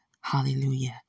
hallelujah